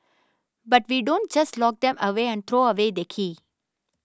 but we don't just lock them away and throw away the key